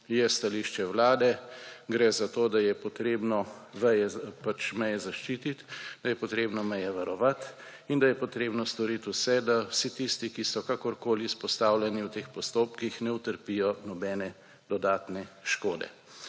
je stališče vlade, gre za to, da je potrebno meje zaščititi, da je potrebno meje varovati in da je potrebno storiti vse, da vsi tisti, ki so kakorkoli izpostavljeni v teh postopkih, ne utrpijo nobene dodatne škode.